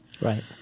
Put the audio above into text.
Right